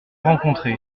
rencontré